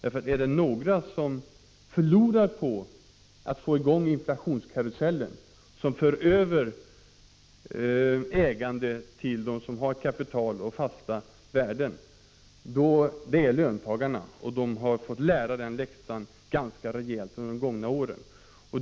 Om det är några som förlorar på att få i gång inflationskarusellen, som för över ägande till dem som har kapital och fasta värden, så är det löntagarna. De har fått lära denna läxa ganska rejält under de gångna åren.